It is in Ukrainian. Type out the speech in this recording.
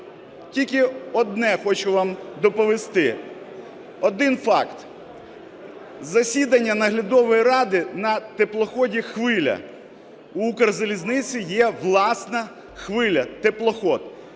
Тільки одне хочу вам доповісти, один факт. Засідання наглядової ради на теплоході "Хвиля", в Укрзалізниці є власна "Хвиля" теплохід.